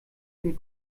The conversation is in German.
dem